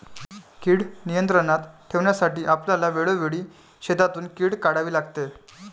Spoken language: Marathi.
कीड नियंत्रणात ठेवण्यासाठी आपल्याला वेळोवेळी शेतातून कीड काढावी लागते